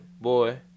Boy